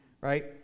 right